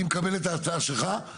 אנחנו נשמח מאוד להסיר חסמים.